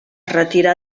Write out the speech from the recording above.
retirà